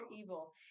evil